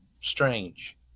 strange